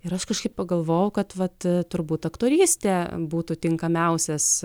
ir aš kažkaip pagalvojau kad vat turbūt aktorystė būtų tinkamiausias